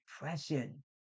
depression